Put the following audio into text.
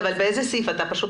על איזה סעיף אתה מדבר?